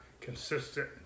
consistent